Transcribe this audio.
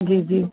जी जी